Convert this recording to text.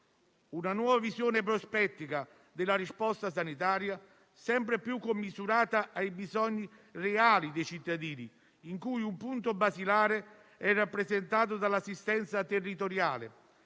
una nuova visione prospettica della risposta sanitaria che sia sempre più commisurata ai bisogni reali dei cittadini, in cui un punto basilare è rappresentato dall'assistenza territoriale